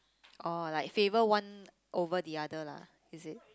oh like favour one over the other lah is it